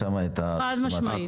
נכון, חד משמעית.